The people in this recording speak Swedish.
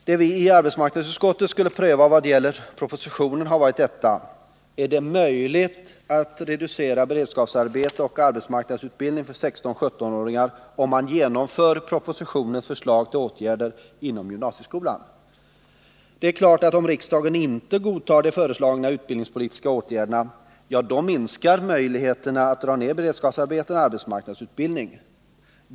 Det vi i arbetsmarknadsutskottet skulle pröva vad gäller propositionen var: Är det möjligt att minska beredskapsarbeten och arbetsmarknadsutbildning för 16-17-åringar, om man genomför propositionens förslag till åtgärder inom gymnasieskolan? Det är klart att om riksdagen inte godtar de föreslagna utbildningspolitiska åtgärderna, ja, då minskar möjligheterna att dra ned beredskapsarbeten och arbetsmarknadsutbildning.